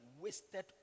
wasted